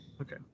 Okay